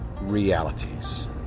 realities